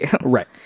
Right